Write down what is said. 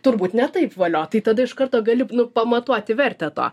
turbūt ne taip valio tai tada iš karto gali pamatuoti vertę to